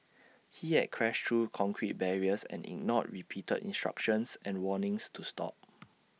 he had crashed through concrete barriers and ignored repeated instructions and warnings to stop